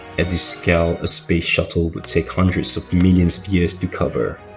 at this scale, a space shuttle would take hundreds of millions of years to covers